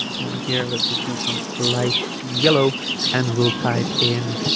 here let's just do some light yellow and we'll type in